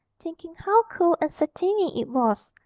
thinking how cool and satiny it was,